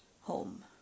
home